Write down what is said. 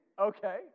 Okay